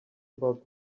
about